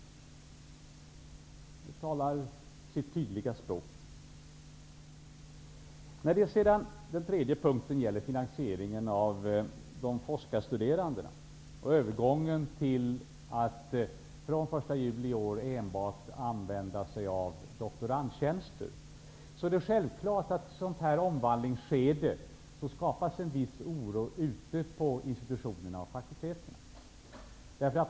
Det talar sitt tydliga språk. Sedan har vi finansieringen av de forskarstuderandes studier och övergången till att det från den 1 juli enbart skall finnas doktorandtjänster. Det är självklart att vid ett sådant omvandlingsskede skapas en viss oro ute på institutionerna och fakulteterna.